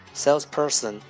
salesperson